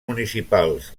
municipals